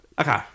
Okay